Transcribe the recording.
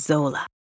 Zola